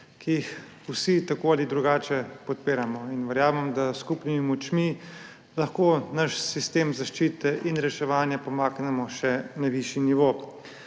ki jih vsi tako ali drugače podpiramo. Verjamem, da s skupnimi močmi lahko naš sistem zaščitite in reševanja pomaknemo na še višji nivo.